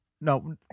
No